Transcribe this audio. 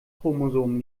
chromosom